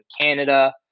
canada